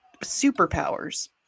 superpowers